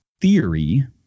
theory